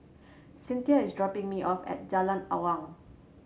Cyntha is dropping me off at Jalan Awang